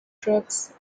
trucks